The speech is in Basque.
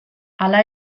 hala